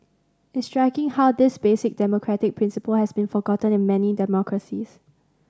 it's striking how this basic democratic principle has been forgotten in many democracies